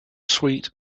sweet